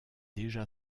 déjà